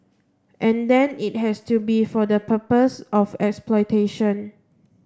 and then it has to be for the purpose of exploitation